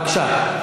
בבקשה.